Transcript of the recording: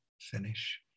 finish